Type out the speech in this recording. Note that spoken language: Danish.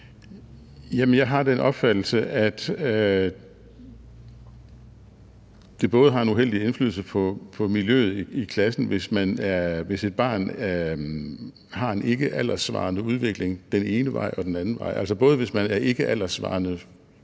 jeg har den opfattelse, at det har en uheldig indflydelse på miljøet i klassen, hvis et barn har en ikkealderssvarende udvikling både den ene vej og den anden vej,